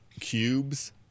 cubes